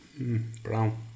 brown